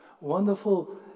wonderful